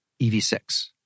EV6